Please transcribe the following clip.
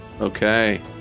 Okay